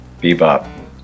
Bebop